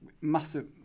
massive